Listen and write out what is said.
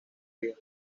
días